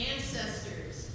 Ancestors